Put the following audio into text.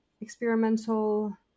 experimental